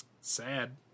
Sad